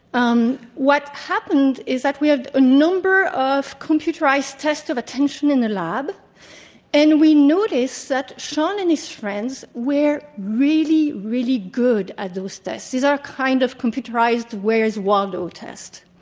um what happened is that we had a number of computerized tests of attention in the lab and we noticed that sean and his friends were really, really good at those tests. these are kind of computerized where's waldo tests.